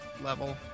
level